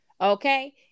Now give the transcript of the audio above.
Okay